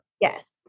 Yes